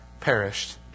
perished